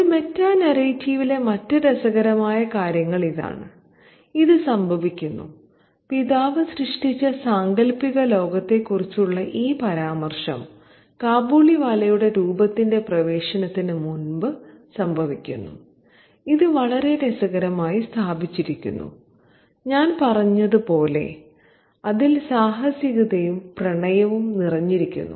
ഈ മെറ്റാനാരേറ്റീവിലെ മറ്റ് രസകരമായ കാര്യങ്ങൾ ഇതാണ് ഇത് സംഭവിക്കുന്നു പിതാവ് സൃഷ്ടിച്ച സാങ്കൽപ്പിക ലോകത്തെക്കുറിച്ചുള്ള ഈ പരാമർശം കാബൂളിവാലയുടെ രൂപത്തിന്റെ പ്രവേശനത്തിന് മുമ്പ് സംഭവിക്കുന്നു ഇത് വളരെ രസകരമായി സ്ഥാപിച്ചിരിക്കുന്നു ഞാൻ പറഞ്ഞതുപോലെ അതിൽ സാഹസികതയും പ്രണയവും നിറഞ്ഞിരിക്കുന്നു